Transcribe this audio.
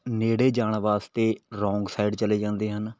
ਨੇੜੇ ਜਾਣ ਵਾਸਤੇ ਰੋਂਗ ਸਾਈਡ ਚਲੇ ਜਾਂਦੇ ਹਨ